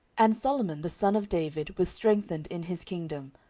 and solomon the son of david was strengthened in his kingdom,